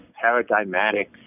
paradigmatic